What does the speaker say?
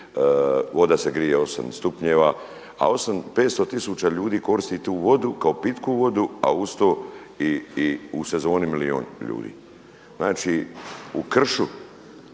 voda se grije 8 stupnjeva. A 500 tisuća ljudi koristi tu vodu kao pitku vodu a uz to i u sezoni milijun ljudi. Znači u kršu